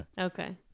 Okay